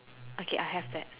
okay I have that